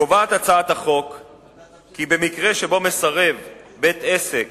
קובעת הצעת החוק כי במקרה שבו מסרב בית-עסק